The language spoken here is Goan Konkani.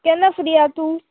केन्ना फ्री हां तूं